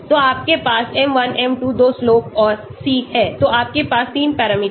तो आपके पास m1 m2 दो slope और c हैं तो आपके पास 3 पैरामीटर हैं